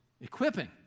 equipping